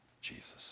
Jesus